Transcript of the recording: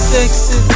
Sexy